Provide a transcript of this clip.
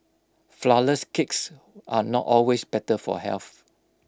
Flourless Cakes are not always better for health